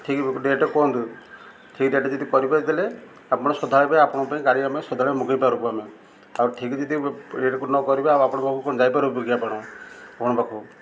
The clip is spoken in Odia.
ଠିକ୍ ରେଟ୍ କୁହନ୍ତୁ ଠିକ ରେଟ୍ ଯଦି କରିବାର ଦେଲେ ଆପଣ ସଦାବେଳେ ଆପଣଙ୍କ ପାଇଁ ଗାଡ଼ି ଆମେ ସଦାବେଳେ ମଗେଇ ପାରିବୁ ଆମେ ଆଉ ଠିକ୍ ଯଦି ରେଟ୍ ନ କରିବୁ ଆଉ ଆପଣଙ୍କ ପାଖକୁ କଣ ଯାଇପାରିବ କିି ଆପଣ ଆପଣଙ୍କ ପାଖକୁ